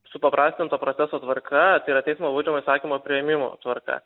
supaprastinto proceso tvarka tai yra teismo baudžiamojo įsakymo priėmimo tvarka